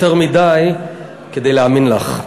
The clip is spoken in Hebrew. יותר מדי מכדי להאמין לך.